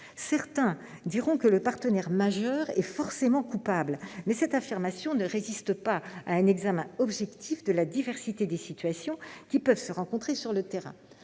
Certains diront que le partenaire majeur est forcément coupable, mais cette affirmation ne résiste pas à un examen objectif de la diversité des situations que l'on peut rencontrer sur le terrain.